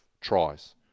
tries